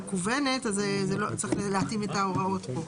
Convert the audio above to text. המקוונת, אז צריך להתאים את ההוראות פה.